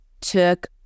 took